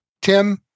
tim